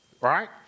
right